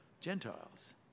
Gentiles